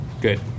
Good